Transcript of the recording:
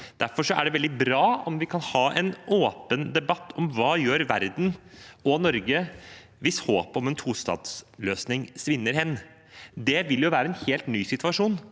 Derfor er det veldig bra om vi kan ha en åpen debatt om: Hva gjør verden og Norge hvis håpet om en tostatsløsning svinner hen? Det vil være en helt ny situasjon,